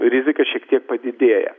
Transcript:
rizika šiek tiek padidėja